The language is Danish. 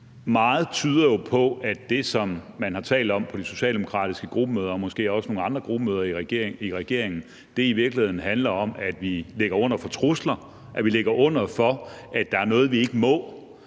meget tyder jo på, at det, som man har talt om på de socialdemokratiske gruppemøder og måske også nogle andre gruppemøder i regeringen, i virkeligheden handler om, at vi ligger under for trusler, og at vi ligger under for, at der er noget, vi ikke må.